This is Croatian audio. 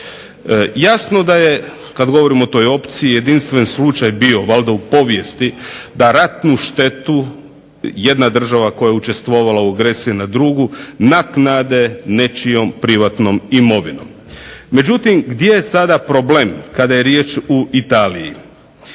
Jasno da je, kad govorimo o toj opciji, jedinstven slučaj bio valjda u povijesti da ratnu štetu jedna država koja je učestvovala u agresiji na drugu naknade nečijom privatnom imovinom. Međutim, gdje je sada problem kada je riječ o Italiji?